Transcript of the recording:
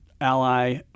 Ally